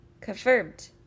confirmed